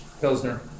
Pilsner